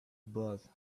both